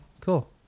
cool